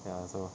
ya so